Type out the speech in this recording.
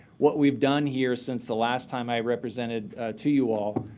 what we've done here since the last time i represented to you all,